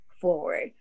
forward